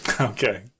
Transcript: Okay